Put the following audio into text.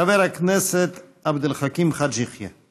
חבר הכנסת עבד אל חכים חאג' יחיא.